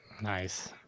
Nice